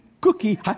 cookie